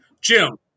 Jim